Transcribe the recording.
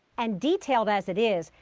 and detailed as it is,